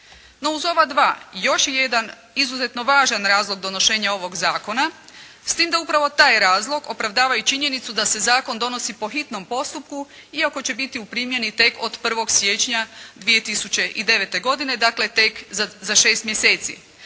No, uz ova dva još je jedan izuzetno važan razlog donošenja ovoga zakona s time da upravo taj razlog opravdava i činjenicu da se zakon donosi po hitnom postupku iako će biti u primjeni tek od 1. siječnja 2009. godine, dakle, tek za 6 mjeseci.